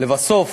לבסוף,